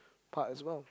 part as well